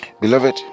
Beloved